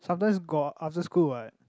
sometimes got after school what